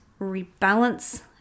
rebalance